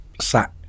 sat